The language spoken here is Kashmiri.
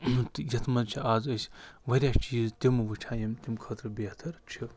تہٕ یتھ مَنٛز چھِ آز أسۍ واریاہ چیٖز تِم وٕچھان یِم تَمہِ خٲطرٕ بہتر چھِ